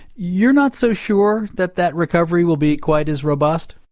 you're not so sure that that recovery will be quite as robust?